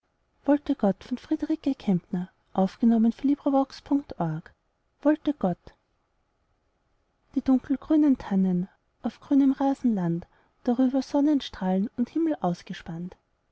wollte gott die dunkelgrünen tannen auf grünem rasenland darüber sonnenstrahlen und himmel ausgespannt